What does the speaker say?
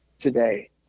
today